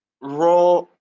raw